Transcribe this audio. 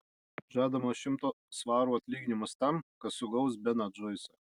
žadamas šimto svarų atlyginimas tam kas sugaus beną džoisą